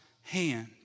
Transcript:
hand